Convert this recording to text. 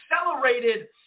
accelerated